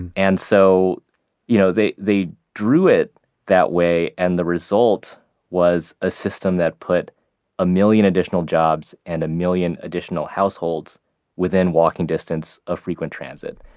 and and so you know they they drew it that way and the result was a system that put a million additional jobs and a million additional households within walking distance of frequent transit.